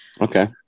Okay